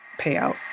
payout